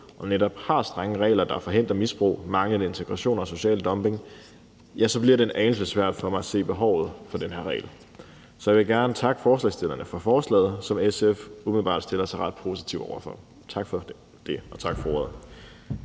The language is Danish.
og netop har strenge regler, der forhindrer misbrug, manglende integration og social dumping, bliver det en anelse svært for mig at se behovet for den her regel. Så jeg vil gerne takke forslagsstillerne for forslaget, som SF umiddelbart stiller sig ret positive over for. Tak for det, og tak for ordet.